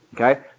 okay